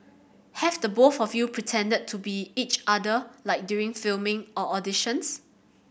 have the both of you pretended to be each other like during filming or auditions